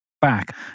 back